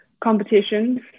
competitions